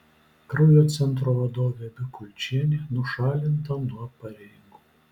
kraujo centro vadovė bikulčienė nušalinta nuo pareigų